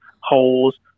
holes